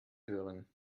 hören